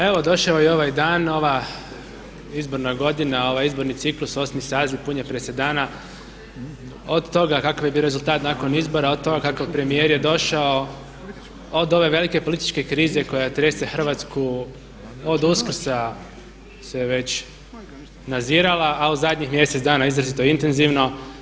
Evo došao je i ovaj dan, ova izborna godina, ovaj izborni ciklus, 8. saziv pun je presedana od toga kakav je bio rezultat nakon izbora, od toga kakav premijer je došao, od ove velike političke krize koja trese Hrvatsku od Uskrsa se već nadzirala a u zadnjih mjesec dana izrazito intenzivno.